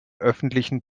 öffentlichen